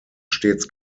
stets